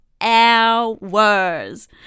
hours